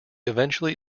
eventually